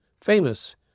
famous